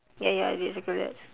ya ya I did circle that